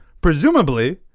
Presumably